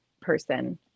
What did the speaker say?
person